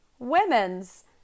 women's